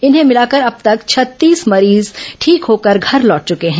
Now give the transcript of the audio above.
इन्हें मिलाकर अब तक छत्तीस मरीज ठीक होकर घर लौट चुके हैं